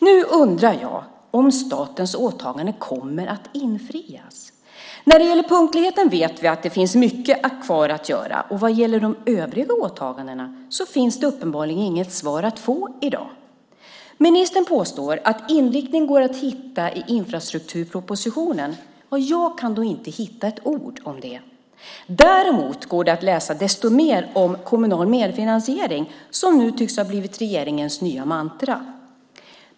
Nu undrar jag om statens åtaganden kommer att infrias. När det gäller punktligheten vet vi att det finns mycket kvar att göra. Vad gäller de övriga åtagandena finns det uppenbarligen inget svar att få i dag. Ministern påstår att inriktningen går att hitta i infrastrukturpropositionen. Jag kan då inte hitta ett ord om det. Däremot går det att läsa desto mer om kommunal medfinansiering, som nu tycks ha blivit regeringens nya mantra.